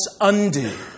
undo